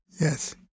Yes